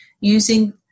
Using